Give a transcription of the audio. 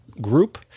group